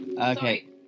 Okay